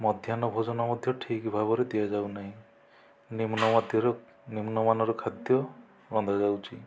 ମଧ୍ୟାହ୍ନ ଭୋଜନ ମଧ୍ୟ ଠିକ୍ ଭାବରେ ଦିଆଯାଉ ନାହିଁ ନିମ୍ନ ମଧ୍ୟରୁ ନିମ୍ନମାନର ଖାଦ୍ୟ ରନ୍ଧାଯାଉଛି